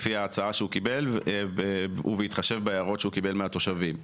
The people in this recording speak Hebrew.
לפי ההצעה שהוא קיבל ובהתחשב בהערות שהוא קיבל מהתושבים.